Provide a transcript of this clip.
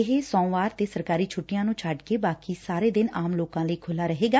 ਇਹ ਸੋਮਵਾਰ ਤੇ ਸਰਕਾਰੀ ਛੁੱਟੀਆਂ ਨੂੰ ਛੱਡਕੇ ਬਾਕੀ ਸਾਰੇ ਦਿਨ ਆਮ ਲੋਕਾਂ ਲਈ ਖੁੱਲੂਾ ਰਹੇਗਾ